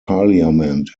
parliament